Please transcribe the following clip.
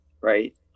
right